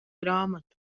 grāmatu